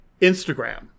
Instagram